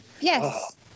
Yes